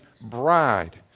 bride